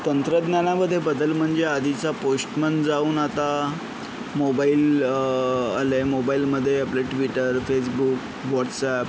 तंत्रज्ञानामधे बदल म्हणजे आधीचा पोष्टमन जाऊन आता मोबाईल आलं आहे मोबाईलमध्ये आपलं ट्विटर फेसबुक वॉट्सअप